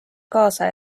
kaasa